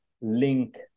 link